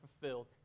fulfilled